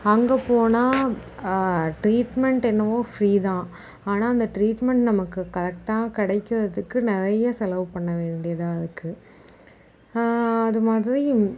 அங்கே போனால் ட்ரீட்மெண்ட் என்னவோ ஃப்ரீதான் ஆனால் அந்த ட்ரீட்மெண்ட் நமக்கு கரெக்ட்டாக கிடைக்கிறதுக்கு நிறைய செலவு பண்ண வேண்டியதாக இருக்குது அது மாதிரி